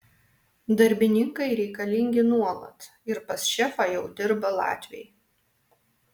darbininkai reikalingi nuolat ir pas šefą jau dirba latviai